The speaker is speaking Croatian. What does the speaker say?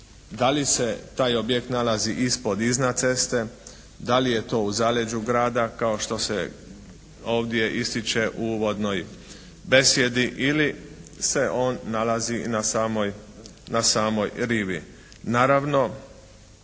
da li se taj objekt nalazi ispod i iznad ceste, da li je to u zaleđu grada kao što se to ovdje ističe u uvodnoj besjedi ili se on nalazi na samoj rivi. Naravno